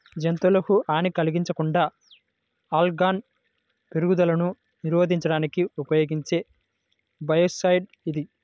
జంతువులకు హాని కలిగించకుండా ఆల్గల్ పెరుగుదలను నిరోధించడానికి ఉపయోగించే బయోసైడ్ ఇది